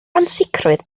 ansicrwydd